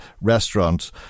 restaurants